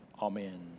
amen